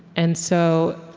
and so